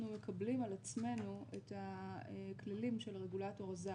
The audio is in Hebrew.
מקבלים על עצמנו את הכללים של הרגולטור הזר.